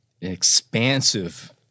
expansive